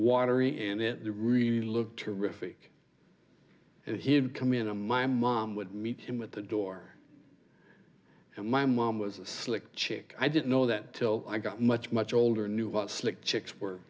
watery and it really looked terrific and he had come into my mom would meet him at the door and my mom was slick chick i didn't know that till i got much much older knew what slick chicks w